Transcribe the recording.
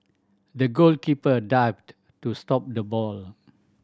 the goalkeeper dived to stop the ball